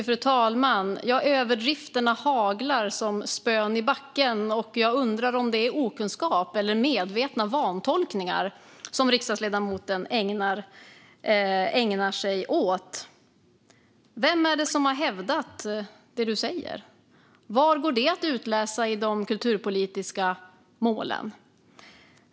Fru talman! Överdrifterna haglar, och jag undrar om det handlar om okunskap eller om det är medvetna vantolkningar som riksdagsledamoten ägnar sig åt. Vem har hävdat det som du säger? Var går det att utläsa i de kulturpolitiska målen?